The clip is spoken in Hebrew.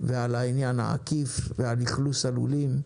ועל העניין העקיף ועל אכלוס הלולים,